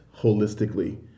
holistically